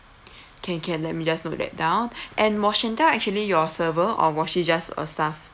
can can let me just note that down and was shantel actually your server or was she just a staff